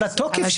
זה התוקף.